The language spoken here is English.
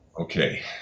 Okay